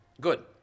Good